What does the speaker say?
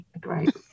great